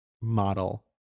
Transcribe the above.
model